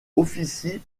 officie